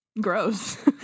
gross